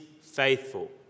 faithful